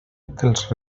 dels